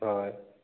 ᱦᱳᱭ